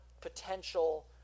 potential